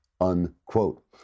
unquote